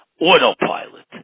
autopilot